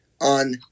on